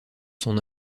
son